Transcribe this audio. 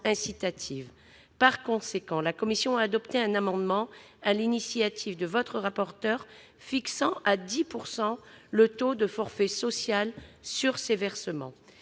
Par conséquent, elle a adopté un amendement, sur l'initiative du rapporteur, fixant à 10 % le taux du forfait social sur ces versements.